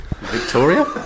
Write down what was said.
Victoria